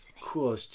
Cool